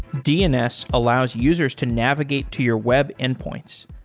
dns allows users to navigate to your web endpoints,